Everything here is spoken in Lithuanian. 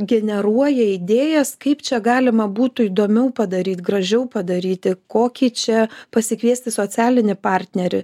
generuoja idėjas kaip čia galima būtų įdomiau padaryt gražiau padaryti kokį čia pasikviesti socialinį partnerį